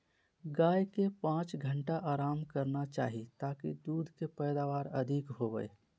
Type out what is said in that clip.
गाय के पांच घंटा आराम करना चाही ताकि दूध के पैदावार अधिक होबय